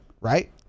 Right